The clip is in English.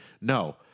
No